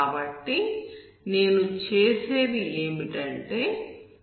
కాబట్టి నేను చేసేది ఏమిటంటే yxux